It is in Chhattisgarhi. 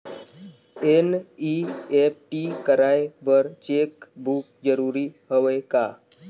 एन.ई.एफ.टी कराय बर चेक बुक जरूरी हवय का?